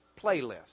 playlist